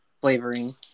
Flavoring